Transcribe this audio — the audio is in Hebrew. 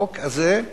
שהחוק הזה,